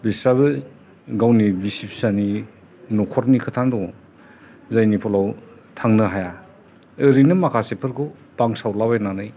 बिसोरहाबो गावनि बिसि फिसानि नखरनि खोथा दङ' जायनि फलाव थांनो हाया ओरैनो माखासेफोरखौ बांसावला बायनानै